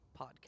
podcast